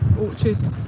orchards